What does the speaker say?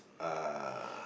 uh